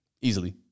Easily